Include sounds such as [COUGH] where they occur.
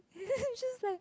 [LAUGHS] just like